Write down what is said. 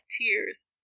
tears